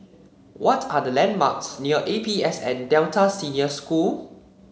what are the landmarks near A P S N Delta Senior School